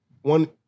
One